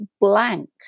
blank